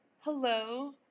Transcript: Hello